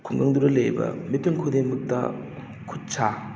ꯈꯨꯡꯒꯪꯗꯨꯗ ꯂꯩꯔꯤꯕ ꯃꯤꯄꯨꯝ ꯈꯨꯗꯤꯡꯃꯛꯇ ꯈꯨꯠꯁꯥ